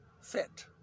fit